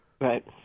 Right